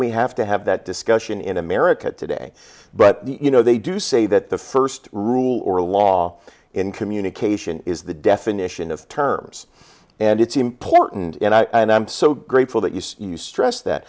we have to have that discussion in america today but you know they do say that the first rule or law in communication is the definition of terms and it's important and i am so grateful that you say you stress that